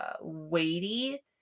weighty